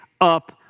up